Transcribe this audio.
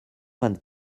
vingt